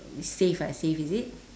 save ah save is it